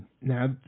Now